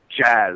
jazz